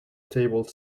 table